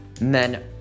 men